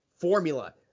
formula